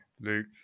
Luke